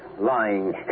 Lying